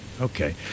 Okay